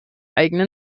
eigene